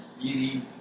easy